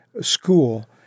school